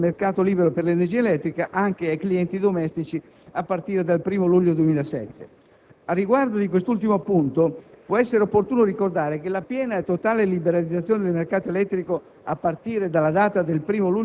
secondo luogo, l'apertura del mercato libero per l'energia elettrica anche ai clienti domestici a partire dal 1° luglio 2007. Riguardo a questo ultimo punto, può essere opportuno ricordare che la piena e totale liberalizzazione del mercato elettrico